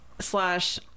slash